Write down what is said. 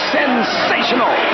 sensational